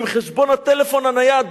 עם חשבון הטלפון הנייד.